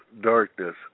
darkness